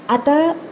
आतां